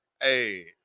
Hey